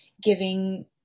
giving